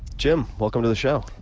jim, welcome to the show.